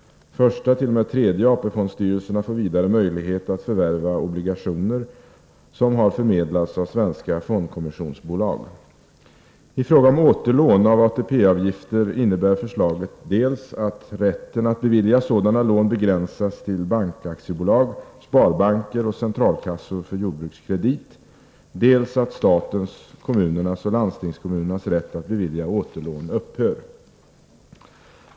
Första-tredje AP-fondstyrelserna får vidare möjlighet att förvärva obligationer som har förmedlats av svenska fondkommissionsbolag. bevilja sådana lån begränsas till bankaktiebolag, sparbanker och centralkassor för jordbrukskredit, dels att statens, kommunernas och landstingskommunernas rätt att bevilja återlån upphör.